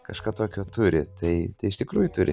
kažką tokio turi tai iš tikrųjų turi